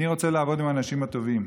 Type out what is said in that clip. אני רוצה לעבוד עם האנשים הטובים,